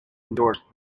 endorsed